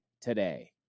today